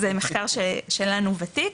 זה מחקר שלנו ותיק,